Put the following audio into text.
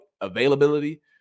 availability